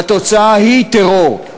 והתוצאה היא טרור,